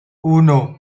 uno